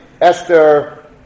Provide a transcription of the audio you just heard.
Esther